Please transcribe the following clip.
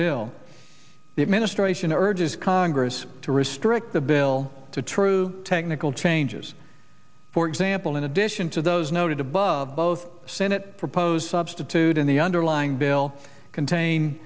bill the administration urges congress to restrict the bill to true technical changes for example in addition to those noted above both senate proposed substitute in the underlying bill contain